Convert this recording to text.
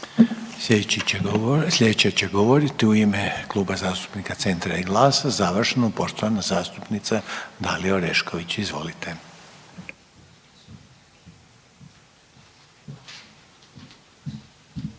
slijedeća će govoriti u ime Kluba zastupnika Centra i GLAS-a završno poštovana zastupnica Dalija Orešković. Izvolite.